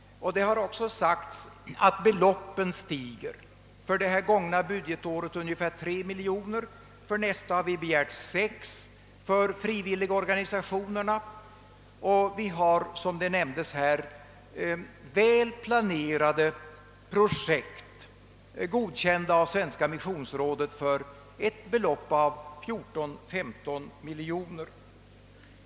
Det har också sagts att beloppen stiger. För det gångna budgetåret var det fråga om ungefär 3 miljoner kronor. För nästa budgetår har vi begärt 6 miljoner kronor till frivilligorganisationerna, och det finns, såsom här nämnts, väl planerade projekt, godkända av svenska missionsrådet, för ett belopp av 14 å 15 miljoner kronor.